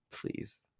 please